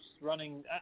running